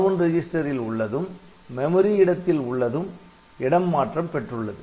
R1 ரிஜிஸ்டரில் உள்ளதும் memory இடத்தில் உள்ளதும் இடம் மாற்றம் பெற்றுள்ளது